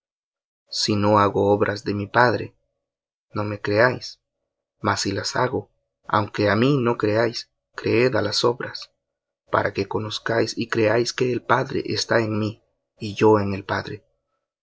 si no hago obras de mi padre no me creáis mas si las hago aunque á mí no creáis creed á las obras para que conozcáis y creáis que el padre está en mí y yo en el padre